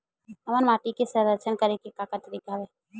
हमर माटी के संरक्षण करेके का का तरीका हवय?